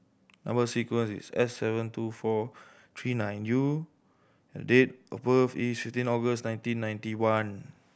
number sequence is S seven two four three nine U and date of birth is fifteen August nineteen ninety one